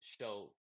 show